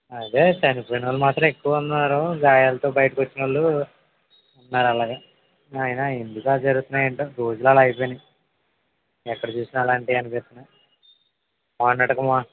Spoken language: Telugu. అదే చనిపోయిన వాళ్ళు మాత్రం ఎక్కువ ఉన్నారు గాయాలతో బయటపడ్డ వాళ్ళు ఉన్నారాలాగ అయినా ఎందుకలా జరుగుతున్నాయి అంటే రోజులల అలా అయిపోయినాయి ఎక్కడ చూసిన అలాంటివే కనిపిస్తున్నాయి మొన్నటికి మొన్న